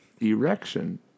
erection